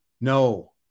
No